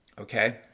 Okay